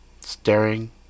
staring